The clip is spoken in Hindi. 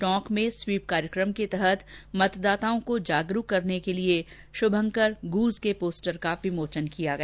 टोंक में स्वीप कार्यक्रम के तहत मतदाताओं को जागरूक करने के लिए श्रभंकर गूंज के पोस्टर का विमोचन किया गया